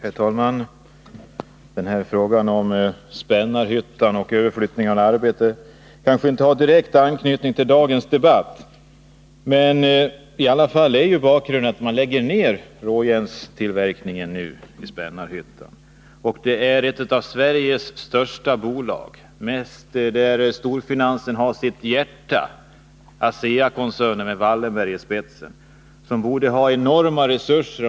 Herr talman! Den här frågan om Spännarhyttan och överflyttningen av arbete kanske inte har direkt anknytning till dagens debatt. Bakgrunden är att man nu lägger ner råjärnstillverkningen i Spännarhyttan, och det är ett av Sveriges största bolag, där storfinansen har sitt hjärta, som gör det, nämligen ASEA-koncernen med Wallenberg i spetsen.